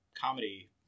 comedy